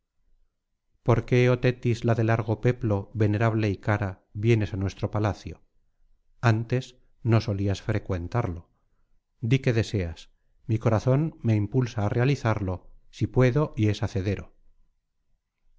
por qué oh tetis la de largo peplo venerable y cara vienes á nuestro palacio antes no solías frecuentarlo di qué deseas mi corazón me impulsa á realizarlo si puedo y es hacedero